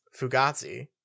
fugazi